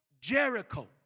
Jericho